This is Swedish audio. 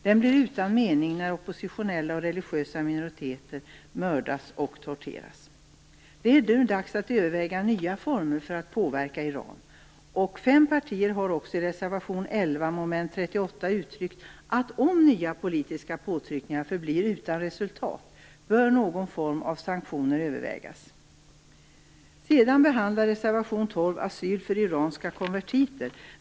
Den blir utan mening när oppositionella och religiösa minoriteter mördas och torteras. Nu är det dags att överväga nya former för att påverka Iran. Fem partier har också i reservation 11 under mom. 38 uttryckt att om nya politiska påtryckningar förblir utan resultat bör någon form av sanktioner övervägas. Reservation 12 behandlar asyl för iranska konvertiter.